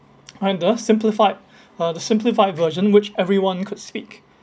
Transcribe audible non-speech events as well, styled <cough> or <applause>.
and the simplified <breath> uh the simplified version which everyone could speak